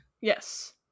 yes